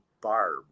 Barb